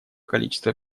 количество